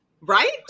Right